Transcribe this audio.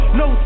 no